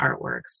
Artworks